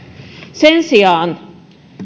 sen sijaan